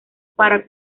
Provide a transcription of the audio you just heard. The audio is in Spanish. para